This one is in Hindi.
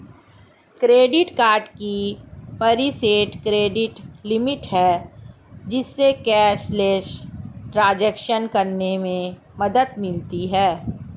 क्रेडिट कार्ड की प्रीसेट क्रेडिट लिमिट है, जिससे कैशलेस ट्रांज़ैक्शन करने में मदद मिलती है